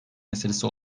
meselesi